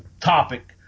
topic